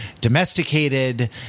domesticated